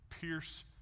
Pierce